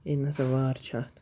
ہے نسا وار چھُ اَتھ